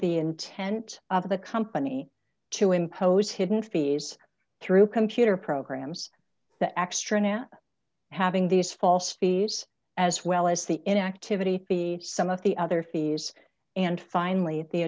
the intent of the company to impose hidden fees through computer programs that extra now having these false speeds as well as the inactivity fee some of the other fees and finally